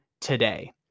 today